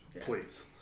Please